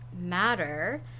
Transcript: matter